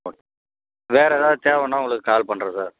okay வேறு ஏதாவது தேவைன்னா உங்களுக்கு கால் பண்ணுறேன் சார்